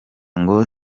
ngo